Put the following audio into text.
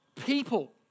people